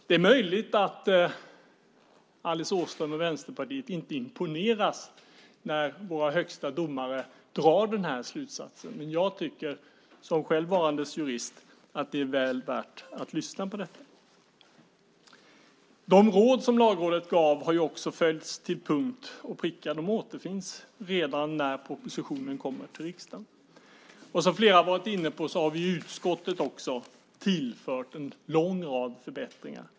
Det är möjligt att Alice Åström och Vänsterpartiet inte imponeras när våra högsta domare drar den slutsatsen, men jag tycker, såsom varande jurist själv, att det är väl värt att lyssna på detta. De råd som Lagrådet gett har också följts till punkt och pricka. De återfinns redan när propositionen kommer till riksdagen. Som flera har varit inne på har vi i utskottet också tillfört en lång rad förbättringar.